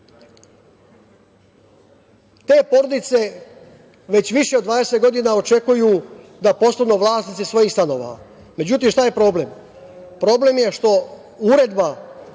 Te porodice već više od 20 godina očekuju da postanu vlasnici svojih stanova. Međutim, šta je problem? Problem je što Uredba